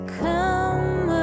come